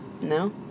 No